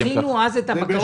דחינו אז את הבקשה.